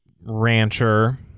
rancher